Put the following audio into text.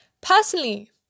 Personally